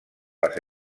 les